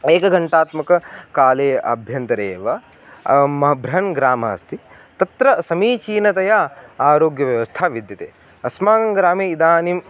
एकघण्टात्मककाले अभ्यन्तरे एव माभ्रन् ग्रामः अस्ति तत्र समीचीनतया आरोग्यव्यवस्था विद्यते अस्माकं ग्रामे इदानीम्